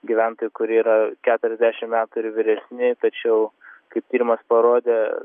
gyventojų kurie yra keturiasdešim metų ir vyresni tačiau kaip tyrimas parodė